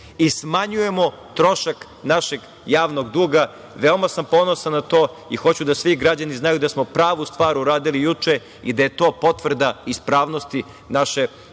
i smanjujemo trošak našeg javnog duga. Veoma sam ponosan na to i hoću da svi građani znaju da smo pravu stvar uradili juče i da je to potreba ispravnosti naše ekonomske